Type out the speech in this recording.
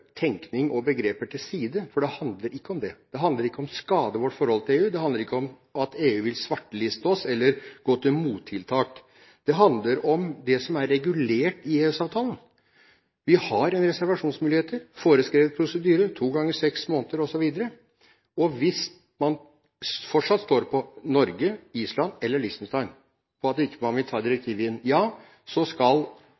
tenkning og begreper til side, for det handler ikke om det. Det handler ikke om å skade vårt forhold til EU. Det handler ikke om at EU vil svarteliste oss eller gå til mottiltak. Det handler om det som er regulert i EØS-avtalen. Vi har reservasjonsmuligheter, foreskrevet prosedyre to ganger seks måneder osv., og hvis man – Norge, Island eller Liechtenstein – fortsatt står på at man ikke vil ta